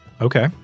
Okay